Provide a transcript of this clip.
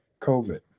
COVID